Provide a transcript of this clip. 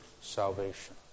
salvation